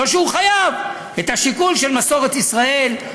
לא שהוא חייב: את השיקול של מסורת ישראל.